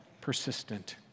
persistent